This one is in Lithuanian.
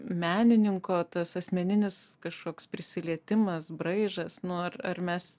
menininko tas asmeninis kažkoks prisilietimas braižas nu ar ar mes